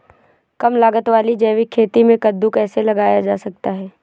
कम लागत वाली जैविक खेती में कद्दू कैसे लगाया जा सकता है?